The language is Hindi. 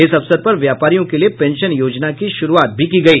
इस अवसर पर व्यापारियों के लिए पेंशन योजना की शुरुआत भी की गई